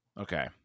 Okay